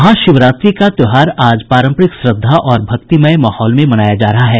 महाशिवरात्रि का त्योहार आज पारम्परिक श्रद्धा और भक्तिमय माहौल में मनाया जा रहा है